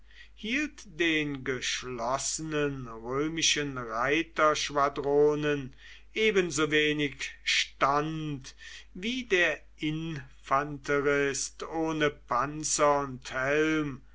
hielt den geschlossenen römischen reiterschwadronen ebensowenig stand wie der infanterist ohne panzer und helm